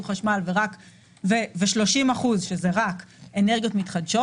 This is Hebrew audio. חשמל ו-30% - שזה רק אנרגיות מתחדשות.